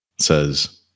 says